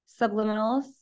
subliminals